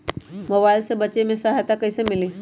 Mobile से बेचे में सहायता कईसे मिली?